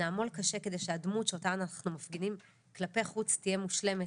נעמול קשה כדי שהדמות שאותה אנחנו מפגינים כלפי חוץ תהיה מושלמת,